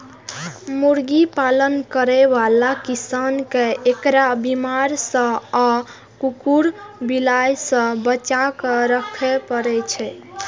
मुर्गी पालन करै बला किसान कें एकरा बीमारी सं आ कुकुर, बिलाय सं बचाके राखै पड़ै छै